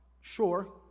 Sure